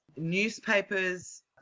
newspapers